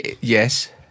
Yes